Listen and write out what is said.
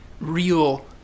real